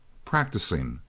practicing.